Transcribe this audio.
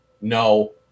No